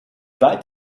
weit